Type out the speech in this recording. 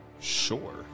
Sure